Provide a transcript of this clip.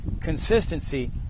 consistency